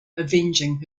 avenging